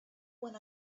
when